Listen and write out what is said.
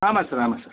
ஆமாம் சார் ஆமாம் சார்